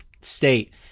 state